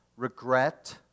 Regret